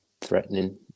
threatening